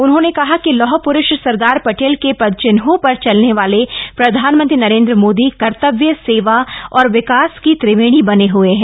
उन्होंने कहा कि लौह पुरुष सरदार पटेल के पदचिन्हों पर चलने वाले प्रधानमंत्री नरेन्द्र मोदी कर्तव्य सेवा और विकास की त्रिवेणी बने हए हैं